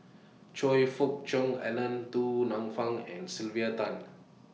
Choe Fook Cheong Alan Du Nanfa and Sylvia Tan